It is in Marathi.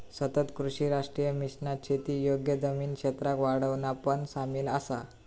सतत कृषी राष्ट्रीय मिशनात शेती योग्य जमीन क्षेत्राक वाढवणा पण सामिल हा